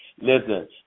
listen